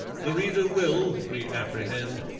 the reader will, we apprehend,